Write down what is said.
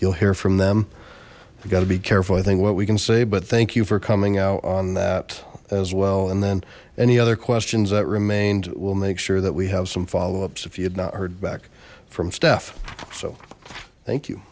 you'll hear from them we've got to be careful i think what we can say but thank you for coming out on that as well and then any other questions that remained we'll make sure that we have some follow ups if you had not heard back from staff so thank you